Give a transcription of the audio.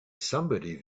somebody